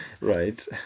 right